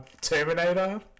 Terminator